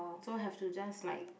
so have to just like